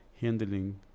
handling